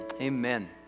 amen